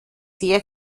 sehr